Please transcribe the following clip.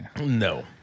No